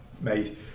made